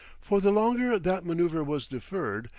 for the longer that manoeuver was deferred,